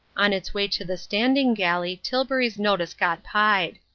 on its way to the standing-galley tilbury's notice got pied.